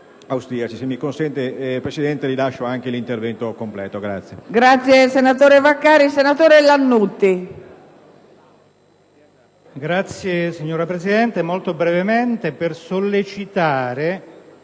tramite, signora Presidente,